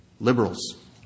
liberals